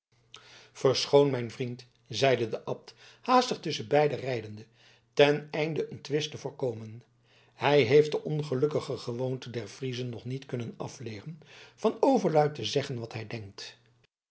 verschoon mijn vriend zeide de abt haastig tusschen beiden rijdende ten einde een twist te voorkomen hij heeft de ongelukkige gewoonte der friezen nog niet kunnen afleeren van overluid te zeggen wat hij denkt